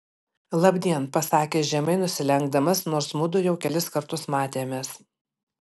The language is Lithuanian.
labdien pasakė žemai nusilenkdamas nors mudu jau kelis kartus matėmės